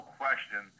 question